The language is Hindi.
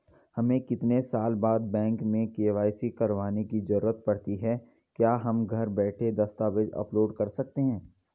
हमें कितने साल बाद बैंक में के.वाई.सी करवाने की जरूरत पड़ती है क्या हम घर बैठे दस्तावेज़ अपलोड कर सकते हैं?